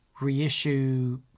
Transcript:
reissue